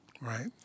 right